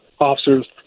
officers